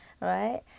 Right